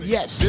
Yes